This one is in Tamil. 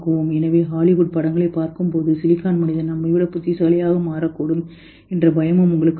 எனவே ஹாலிவுட் படங்களைப் பார்க்கும்போது சிலிக்கான் மனிதன் நம்மை விட புத்திசாலியாக மாறக்கூடும் என்ற பயமும் உனக்கு உண்டு